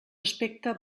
aspecte